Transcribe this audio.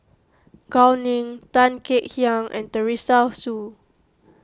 Gao Ning Tan Kek Hiang and Teresa Hsu